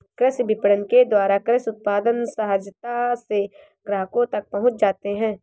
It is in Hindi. कृषि विपणन के द्वारा कृषि उत्पाद सहजता से ग्राहकों तक पहुंच जाते हैं